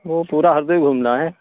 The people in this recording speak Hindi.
वो पूरा हफ्ते घूमना है